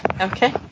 Okay